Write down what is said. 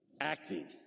acting